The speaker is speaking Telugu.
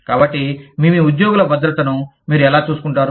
కాబట్టి మీ మీ ఉద్యోగుల భద్రతను మీరు ఎలా చూసుకుంటారు